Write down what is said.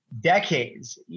decades